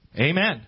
Amen